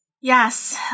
Yes